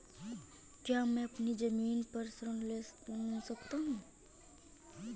क्या मैं अपनी ज़मीन पर ऋण ले सकता हूँ?